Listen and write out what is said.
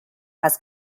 has